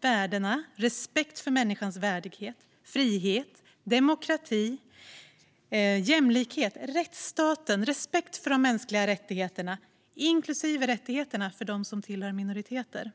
värdena respekt för människans värdighet, frihet, demokrati, jämlikhet, rättsstaten och respekt för de mänskliga rättigheterna, inklusive rättigheter för personer som tillhör minoriteter.